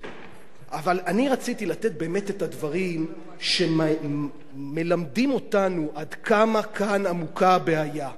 אבל רציתי לתת באמת את הדברים שמלמדים אותנו עד כמה עמוקה הבעיה כאן.